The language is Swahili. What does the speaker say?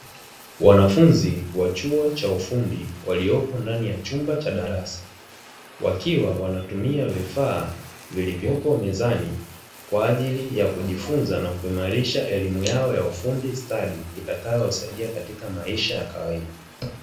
Wanafunzi wa chuo cha ufundi waliopo ndani ya chumba cha darasa, wakiwa wanatumia vifaa vilivyopo mezani kwa ajili ya kujifunza na kuimarisha elimu yao ya ufundi stadi, itakayowasaidia katika maisha ya kawaida.